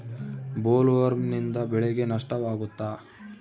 ಬೊಲ್ವರ್ಮ್ನಿಂದ ಬೆಳೆಗೆ ನಷ್ಟವಾಗುತ್ತ?